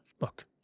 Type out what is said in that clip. Look